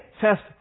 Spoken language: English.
test